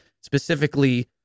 Specifically